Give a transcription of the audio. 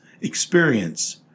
experience